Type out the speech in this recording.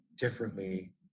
differently